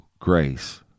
Grace